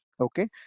okay